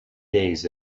days